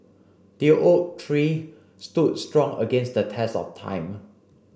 the oak tree stood strong against the test of time